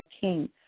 King